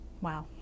Wow